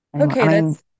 Okay